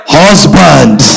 husband